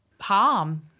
harm